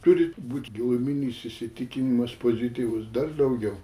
turi būt giluminis įsitikinimas pozityvus dar daugiau